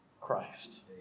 Christ